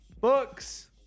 Books